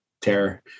terror